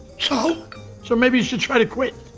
so? so maybe you should try to quit.